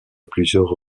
plusieurs